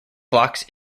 flocks